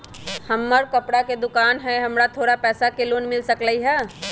हमर कपड़ा के दुकान है हमरा थोड़ा पैसा के लोन मिल सकलई ह?